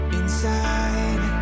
inside